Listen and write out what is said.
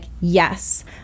yes